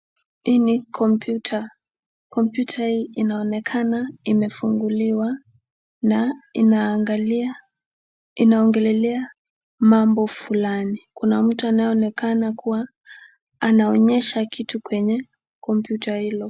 Hii ni komputa, komputa hii inaonekana imefunguliwa na inaangalia inaongelelea mambo fulani. Kuna mtu anayeonekana kuwa anaonyesha kitu kwenye komputa hilo.